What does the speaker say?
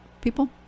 people